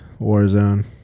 Warzone